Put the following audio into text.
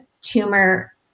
tumor